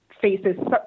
faces